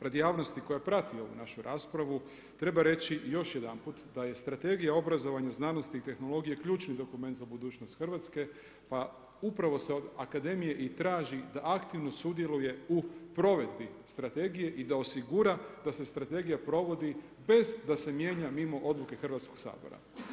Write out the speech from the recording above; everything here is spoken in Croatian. Radi javnosti koja prati ovu našu raspravu treba reći još jedanput da je Strategija obrazovanja, znanosti i tehnologije ključni dokument za budućnost Hrvatske, pa upravo se od akademije i traži da aktivno sudjeluje u provedbi strategije i da osigura da se strategija provodi bez da se mijenja mimo odluke Hrvatskog sabora.